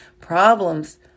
problems